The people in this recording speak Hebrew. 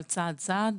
אבל צעד-צעד.